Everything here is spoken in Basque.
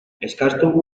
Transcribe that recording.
eskastu